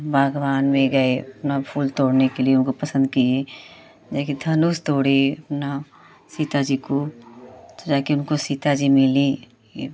बाग़बान में गए अपना फूल तोड़ने के लिए उनको पसंद किए जाकर धनुष तोड़े अपना सीता जी को तो जाकर उनको सीता जी मिली यह